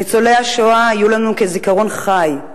ניצולי השואה יהיו לנו כזיכרון חי,